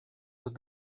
with